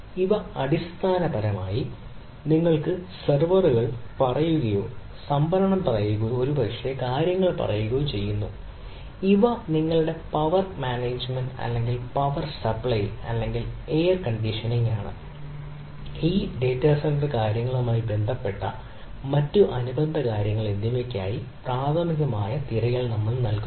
ഇവ അടിസ്ഥാനപരമായി നിങ്ങൾക്ക് സെർവറുകൾ പറയുകയോ സംഭരണം പറയുകയോ ഒരുപക്ഷേ അടുത്തുള്ള കാര്യങ്ങൾ പറയുകയോ ചെയ്യുന്നുഇവ നിങ്ങളുടെ പവർ മാനേജുമെന്റ് അല്ലെങ്കിൽ പവർ സപ്ലൈ അല്ലെങ്കിൽ എയർ കണ്ടീഷനിംഗ് ആണ് ഈ ഡാറ്റാ സെന്റർ കാര്യങ്ങളുമായി ബന്ധപ്പെട്ട മറ്റ് അനുബന്ധ കാര്യങ്ങൾ എന്നിവയ്ക്കായി പ്രാഥമിക തിരയൽ നൽകുന്നു